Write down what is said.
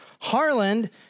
Harland